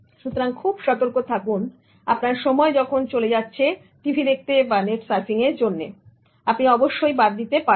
সুতরাং খুব সতর্ক থাকুন আপনার সময় যখন চলে যাচ্ছে টিভি দেখতে বা নেট সার্ফিং এর জন্য আপনি অবশ্যই বাদ দিতে পারেন